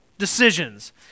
decisions